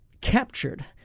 captured